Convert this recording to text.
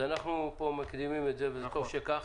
אז אנחנו מקדימים את זה וטוב שכך.